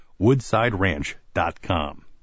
woodsideranch.com